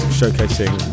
showcasing